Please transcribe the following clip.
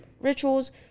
rituals